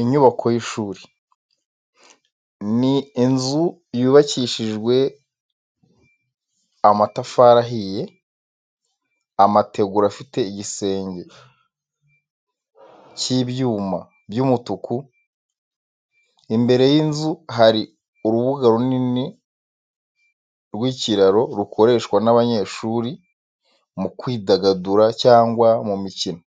Inyubako y’ishuri. Ni inzu yubakishijwe amatafari ahiye, amategura afite igisenge cy’ibyuma by’umutuku. Imbere y’inzu hari urubuga runini rw’ikiraro, rukoreshwa n’abanyeshuri mu kwidagadura cyangwa mu mikino.